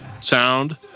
sound